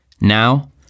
Now